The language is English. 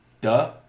duh